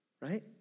right